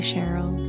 Cheryl